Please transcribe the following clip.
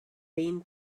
been